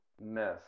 mess